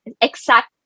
exact